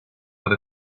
with